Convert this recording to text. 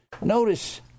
notice